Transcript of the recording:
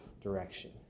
direction